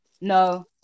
No